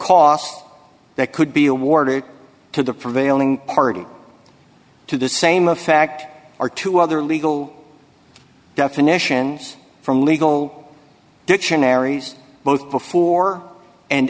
cost that could be awarded to the prevailing party to the same a fact or to other legal definitions from legal dictionaries both before and